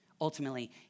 Ultimately